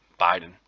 Biden